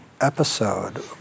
episode